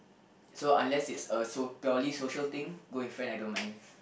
so unless it's a so purely social thing going with friend I don't mind